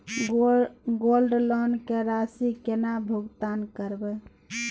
Gold loan के राशि केना भुगतान करबै?